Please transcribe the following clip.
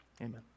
Amen